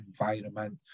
environment